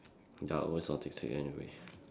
autistic anyway